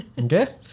Okay